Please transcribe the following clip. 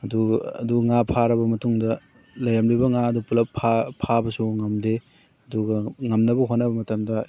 ꯑꯗꯨꯒ ꯑꯗꯨ ꯉꯥ ꯐꯥꯔꯕ ꯃꯇꯨꯡꯗ ꯂꯩꯔꯝꯂꯤꯕ ꯉꯥ ꯑꯗꯨ ꯄꯨꯂꯞ ꯐꯥꯕꯁꯨ ꯉꯝꯗꯦ ꯑꯗꯨꯒ ꯉꯝꯅꯕ ꯍꯣꯠꯅꯕ ꯃꯇꯝꯗ